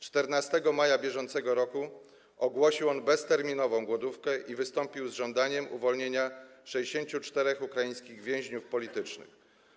14 maja br. ogłosił on bezterminową głodówkę i wystąpił z żądaniem uwolnienia 64 ukraińskich więźniów politycznych.